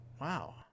Wow